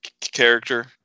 character